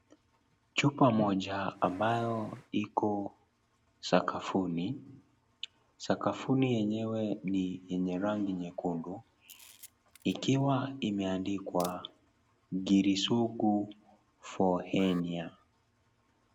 Chupa moja ambayo iko sakafuni. Sakafuni yenyewe yenye rangi nyekundu, ikiwa imeandikwa Ngiri Sugu for hernia.